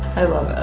i love it.